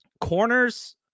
corners